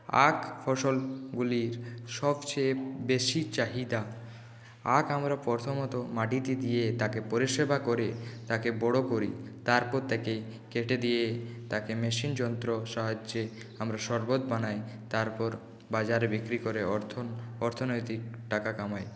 আঁখ ফসলগুলির সবচেয়ে বেশি চাহিদা আঁখ আমরা প্রথমত মাটিতে দিয়ে তাকে পরিষেবা করে তাকে বড়ো করি তারপর তাকে কেটে দিয়ে তাকে মেশিন যন্ত্র সাহায্যে আমরা সরবত বানায় তারপর বাজারে বিক্রি করে অর্থ অর্থনৈতিক টাকা কামাই